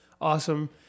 awesome